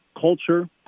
culture